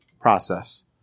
process